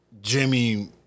Jimmy